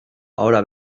ahora